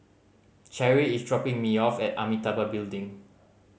Cherrie is dropping me off at Amitabha Building